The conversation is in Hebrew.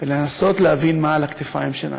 ולנסות להבין מה על הכתפיים שלנו.